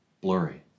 blurry